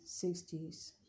60s